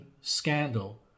scandal